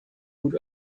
gut